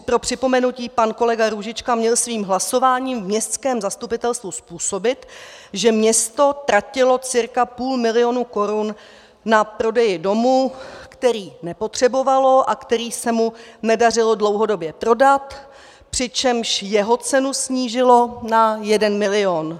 Pro připomenutí: Pan kolega Růžička měl svým hlasováním v městském zastupitelstvu způsobit, že město tratilo cca půl milionu korun na prodeji domu, který nepotřebovalo a který se mu nedařilo dlouhodobě prodat, přičemž jeho cenu snížilo na 1 milion.